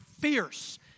fierce